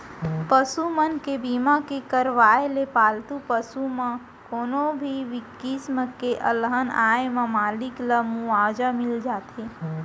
पसु मन के बीमा के करवाय ले पालतू पसु म कोनो भी किसम के अलहन आए म मालिक ल मुवाजा मिल जाथे